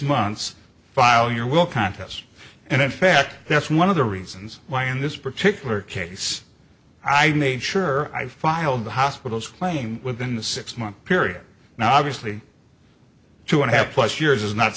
months file your will contest and in fact that's one of the reasons why in this particular case i made sure i filed the hospital's claim within the six month period now obviously two hapless years is not